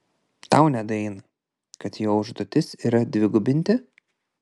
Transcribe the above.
tau nedaeina kad jo užduotis yra dvigubinti